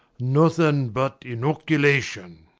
nothing but inoculation.